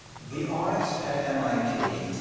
the arts at mit,